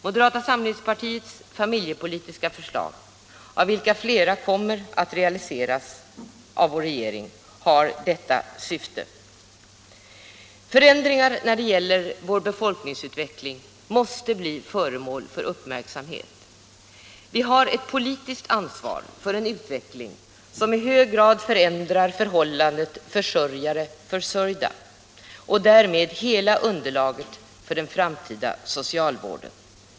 Moderata samlingspartiets familjepolitiska förslag, av vilka flera kommer att realiseras av vår regering, har detta syfte. Förändringar när det gäller vår befolkningsutveckling måste bli föremål för uppmärksamhet. Vi har ett politiskt ansvar för en utveckling som i hög grad förändrar förhållandet försörjare-försörjda och därmed hela underlaget för den framtida socialvården.